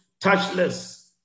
touchless